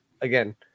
again